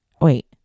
wait